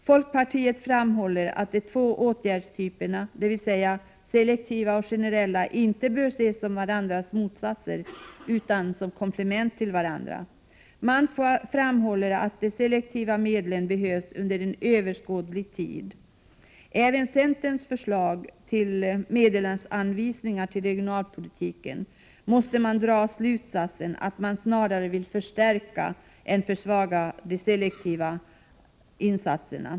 Folkpartiet framhåller att de två åtgärdstyperna — dvs. selektiva och generella — inte bör ses som varandras motsatser utan som komplement till varandra. Man framhåller att de selektiva medlen behövs under en överskådlig tid. Av centerns förslag till medelsanvisningar till regionalpolitiken måste man dra slutsatsen att man snarare vill förstärka än försvaga de selektiva insatserna.